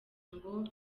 ngo